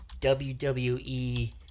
WWE